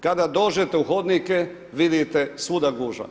Kada dođete u hodnike vidite svuda gužva.